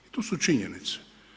I to su činjenice.